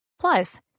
Plus